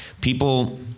People